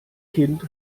kind